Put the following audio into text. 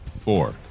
Four